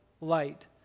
light